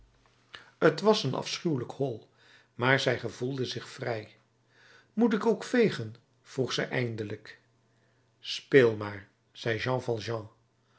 t was een afschuwelijk hol maar zij gevoelde zich vrij moet ik ook vegen vroeg zij eindelijk speel maar zei jean